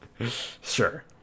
Sure